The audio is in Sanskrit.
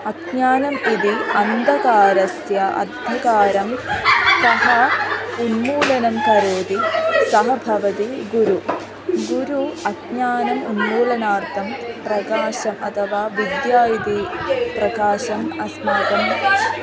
अज्ञानम् इति अन्धकारस्य अन्धकारं सः उन्मूलनं करोति सः भवति गुरुः गुरुः अज्ञानस्य उन्मूलनार्थं प्रकाशः अथवा विद्या इति प्रकाशः अस्माकम्